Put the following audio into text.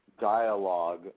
dialogue